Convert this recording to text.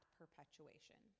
perpetuation